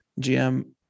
GM